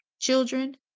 children